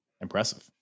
impressive